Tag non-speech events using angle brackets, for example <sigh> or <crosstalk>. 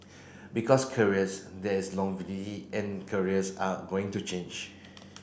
because careers there is <unintelligible> and careers are going to change